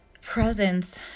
presence